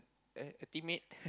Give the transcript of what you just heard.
a teammate